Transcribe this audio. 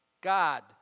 God